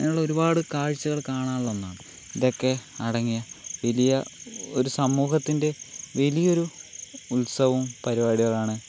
ഇങ്ങനെയുള്ള ഒരു പാട് കാഴ്ച്ചകൾ കാണാനുള്ള ഒന്നാണ് ഇതൊക്കെ അടങ്ങിയ വലിയ ഒരു സമൂഹത്തിൻ്റെ വലിയൊരു ഉത്സവം പരിപാടികളാണ്